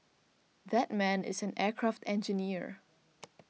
that man is an aircraft engineer